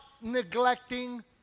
neglecting